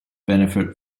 benefit